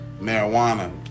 marijuana